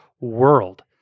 world